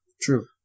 True